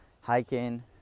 hiking